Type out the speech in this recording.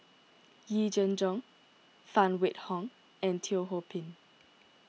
Yee Jenn Jong Phan Wait Hong and Teo Ho Pin